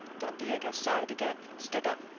don diego sighed again, and stood up.